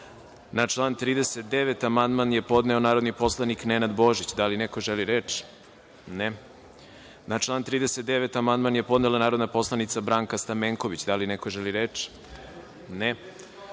član 39. amandman je podneo narodni poslanik Nenad Božić. Da li neko želi reč? (Ne.)Na član 39. amandman je podnela narodni poslanik Branka Stamenković. Da li neko želi reč?